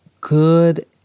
good